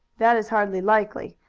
that is hardly likely.